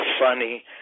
funny